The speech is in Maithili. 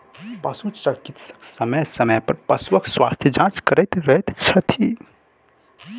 पशु चिकित्सक समय समय पर पशुक स्वास्थ्य जाँच करैत रहैत छथि